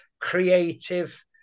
creative